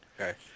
Okay